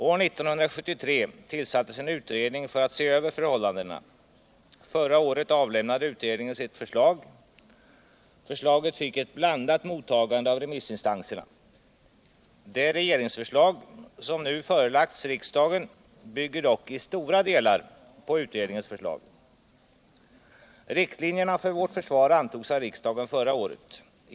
År 1973 tillsattes en utredning för att se över förhållandena. Förra året avlämnade utredningen sitt förslag. Förslaget fick ett blandat mottagande av remissinstanserna. Det regeringsförslag som nu förelagts riksdagen bygger dock i stora delar på utredningens förslag. Riktlinjerna för vårt försvar antogs av riksdagen förra året.